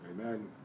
Amen